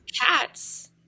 cats